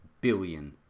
billion